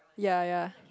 ya ya